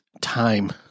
Time